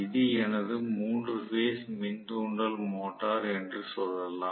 இது எனது 3 பேஸ் மின் தூண்டல் மோட்டார் என்று சொல்லலாம்